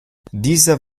dieser